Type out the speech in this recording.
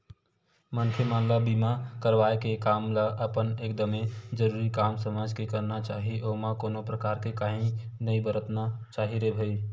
मनखे मन ल बीमा करवाय के काम ल अपन एकदमे जरुरी काम समझ के करना चाही ओमा कोनो परकार के काइही नइ बरतना चाही रे भई